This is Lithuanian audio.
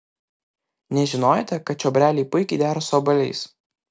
nežinojote kad čiobreliai puikiai dera su obuoliais